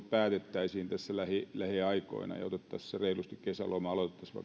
päätettäisiin tässä lähiaikoina ja otettaisiin reilusti kesälomaa aloitettaisiin vaikka